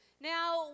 Now